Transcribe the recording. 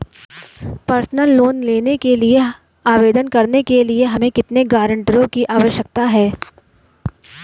Personal loan के लिए आवेदन करने के लिए हमें कितने गारंटरों की आवश्यकता है?